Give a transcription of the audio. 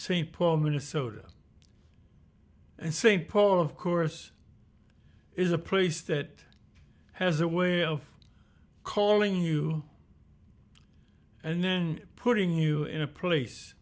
st paul minnesota and st paul of course is a place that has a way of calling you and then putting you in a place